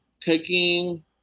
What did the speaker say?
cooking